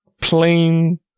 plain